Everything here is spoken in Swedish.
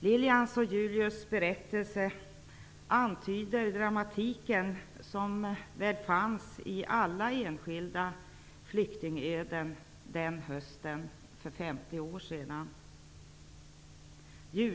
Lilians och Julius berättelse antyder dramatiken som fanns i alla enskilda flyktingöden den hösten för 50 år sedan.